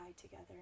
together